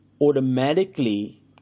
automatically